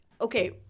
okay